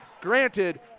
Granted